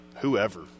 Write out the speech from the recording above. whoever